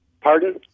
Pardon